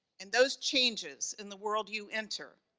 and those changes in the world you enter,